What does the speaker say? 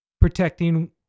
protecting